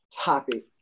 topic